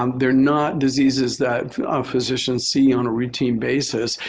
they're not diseases that physicians see on a routine basis.